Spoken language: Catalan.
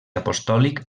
apostòlic